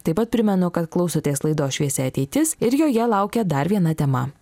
taip pat primenu kad klausotės laidos šviesi ateitis ir joje laukia dar viena tema